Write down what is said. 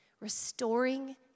restoring